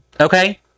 Okay